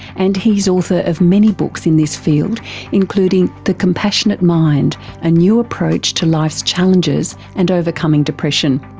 and he's author of many books in this field including the compassionate mind a new approach to life's challenges and overcoming depression.